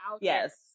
Yes